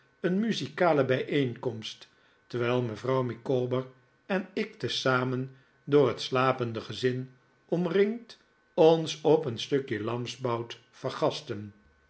een muzikale bijeenkomst terwijl mevrouw micawber en ik tezamen door het slapende gezin omringd ons op een stukje lamsbout vergastten